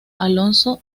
alonso